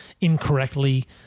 incorrectly